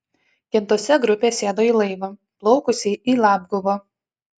kintuose grupė sėdo į laivą plaukusį į labguvą